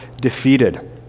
defeated